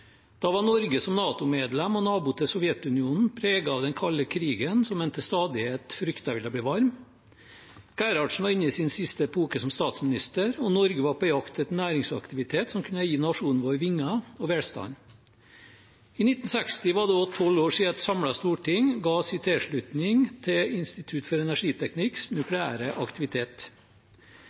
Da var Norge som NATO-medlem og nabo til Sovjetunionen preget av den kalde krigen som en til stadighet fryktet ville bli varm. Einar Gerhardsen var inne i sin siste epoke som statsminister, og Norge var på jakt etter næringsaktivitet som kunne gi nasjonen vår vinger og velstand. I 1960 var det også tolv år siden et samlet storting ga sin tilslutning til Institutt for energiteknikks nukleære aktivitet.